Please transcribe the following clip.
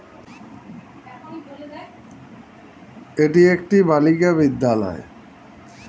এটি একটি বালিকা বিদ্যালয়